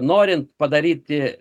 norint padaryti